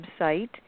website